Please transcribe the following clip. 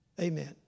Amen